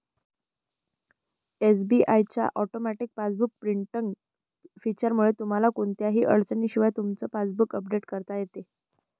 SBI च्या automatic passbook printing फीचरमुळे तुम्हाला कोणत्याही अडचणीशिवाय तुमचं पासबुक अपडेट करता येतं